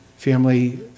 Family